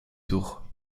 tour